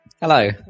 Hello